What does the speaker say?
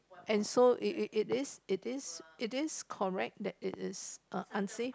and so it it it is it is it is correct that it is uh unsafe